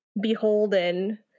beholden